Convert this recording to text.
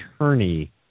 attorney